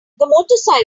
motorcycle